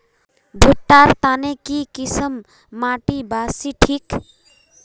भुट्टा र तने की किसम माटी बासी ठिक?